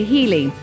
Healy